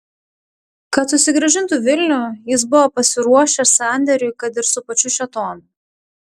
kad susigrąžintų vilnių jis buvo pasiruošęs sandėriui kad ir su pačiu šėtonu